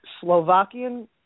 Slovakian